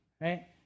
Right